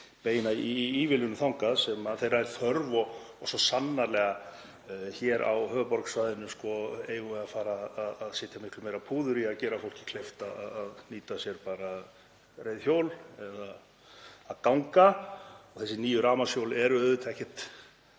beina í ívilnunum þangað sem þeirra er þörf og svo sannarlega hér á höfuðborgarsvæðinu eigum við að fara að setja miklu meira púður í að gera fólki kleift að nýta sér bara reiðhjól eða það að ganga. Þessi nýju rafmagnshjól eru auðvitað ekkert